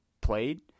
played